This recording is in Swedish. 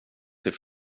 till